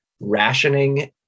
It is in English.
rationing